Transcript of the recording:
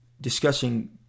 discussing